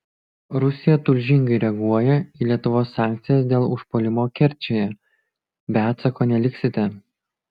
rusija tulžingai reaguoja į lietuvos sankcijas dėl užpuolimo kerčėje be atsako neliksite